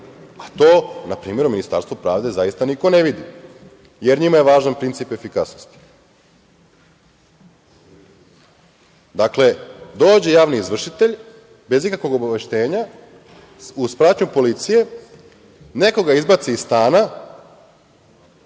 a to, na primer, u Ministarstvu pravde, zaista niko ne vidi, jer njima je važan princip efikasnosti. Dakle, dođe javni izvršitelj, bez ikakvog obaveštenja uz pratnju policije, nekoga izbaci iz stana,